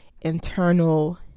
internal